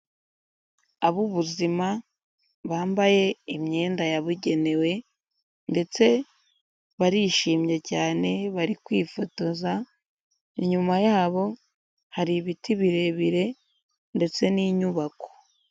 Ab'ubuzima bambaye imyenda yabugenewe ndetse barishimye cyane, bari kwifotoza, inyuma yabo hari ibiti birebire ndetse n'inyubako.